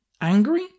Angry